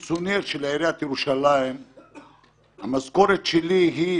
זה יהיה 100 מיליארד וזה יהיה